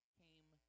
came